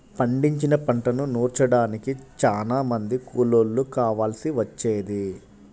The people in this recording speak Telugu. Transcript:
పండించిన పంటను నూర్చడానికి చానా మంది కూలోళ్ళు కావాల్సి వచ్చేది